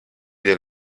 del